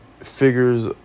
figures